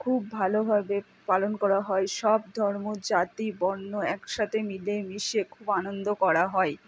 খুব ভালোভাবে পালন করা হয় সব ধর্ম জাতি বর্ণ একসাথে মিলে মিশে খুব আনন্দ করা হয়